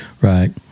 Right